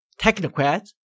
technocrats